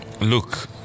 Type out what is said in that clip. look